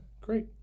great